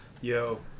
Yo